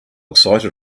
excited